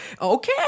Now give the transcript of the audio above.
okay